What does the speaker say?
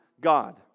god